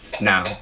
now